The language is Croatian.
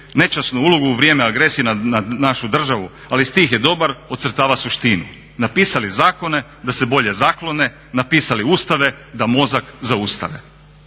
nečasnu ulogu u vrijeme agresije na našu državu, ali stih je dobar, ocrtava suštinu. "Napisali zakone da se bolje zaklone, napisali ustave da mozak zaustave."